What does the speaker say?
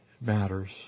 matters